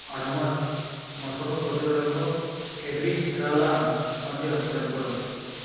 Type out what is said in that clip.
ଓଡ଼ୋମସ୍ ମଶକ ପ୍ରତିରୋଧକ fabric roll on ମଧ୍ୟ ଯୋଗ କରନ୍ତୁ